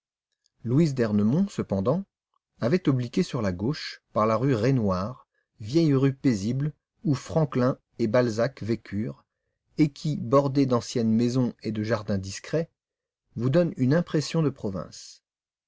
louise d'ernemont cependant avait obliqué sur la gauche par la rue raynouard vieille rue paisible où franklin et balzac vécurent et qui bordée d'anciennes maisons et de jardins discrets vous donne une impression de province